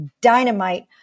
dynamite